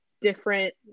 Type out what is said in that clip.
different